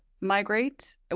migrate